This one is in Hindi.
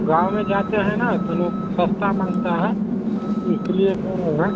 गाँव में जाते हैं न तो लोग सस्ता मँगता है इसलिए तो यहाँ